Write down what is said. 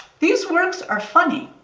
these works are funny.